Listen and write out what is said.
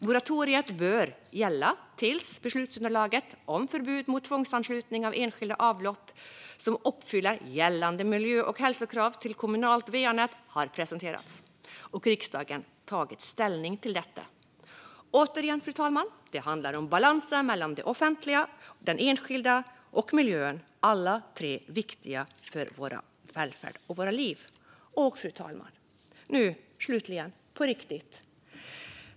Moratoriet bör gälla tills beslutsunderlaget om förbud mot tvångsanslutning av enskilda avlopp som uppfyller gällande miljö och hälsokrav till kommunalt va-nät har presenterats och riksdagen har tagit ställning till detta. Återigen, fru talman, handlar det om balansen mellan det offentliga, den enskilda och miljön - alla tre viktiga för vår välfärd och våra liv. Fru talman! Och nu slutligen - på riktigt.